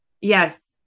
Yes